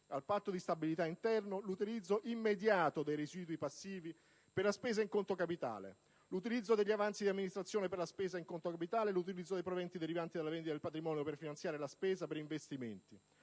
al Patto di stabilità interno, l'utilizzo immediato dei residui passivi per la spesa in conto capitale, l'utilizzo degli avanzi di amministrazione per la spesa in conto capitale, l'utilizzo dei proventi derivanti dalla vendita del patrimonio per finanziare la spesa per investimenti